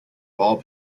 ball